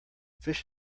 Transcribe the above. fish